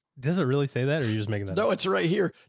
does it really say that? are you just making that? no, it's right here.